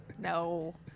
No